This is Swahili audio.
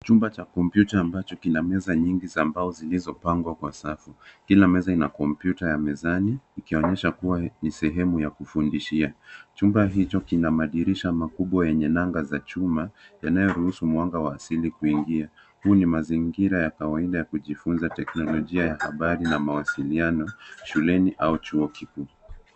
Chumba cha kompyuta ambacho kina meza nyingi za mbao zilizopangwa kwa safu. Kila meza ina kompyuta ya mezani, ikionyesha kuwa ni sehemu ya kufundishia. Chumba hicho kina madirisha makubwa yenye nanga za chuma, yanayoruhusu mwanga wa asili kuingia. Huu ni mazingira ya kawaida ya kujifunza teknolojia ya habari na mawasiliano, shuleni au chuoni.